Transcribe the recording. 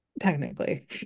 technically